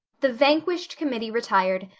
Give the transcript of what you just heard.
the vanquished committee retired,